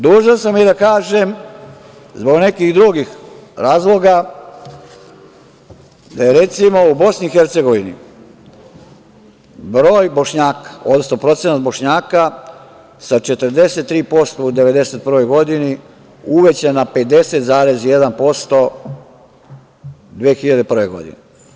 Dužan sam i da kažem, zbog nekih drugih razloga, da je, recimo, u BiH broj Bošnjaka, odnosno procenat Bošnjaka sa 43% u 1991. godini uvećan na 50,1% 2001. godine.